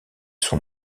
sont